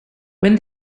when